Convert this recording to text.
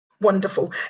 wonderful